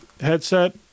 headset